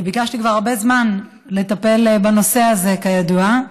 הקדשתי הרבה זמן לטיפול בנושא הזה, כידוע,